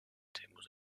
temmuz